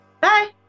bye